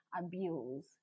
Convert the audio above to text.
abuse